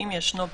אם ישנו,